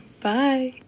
Bye